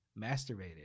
masturbated